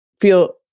feel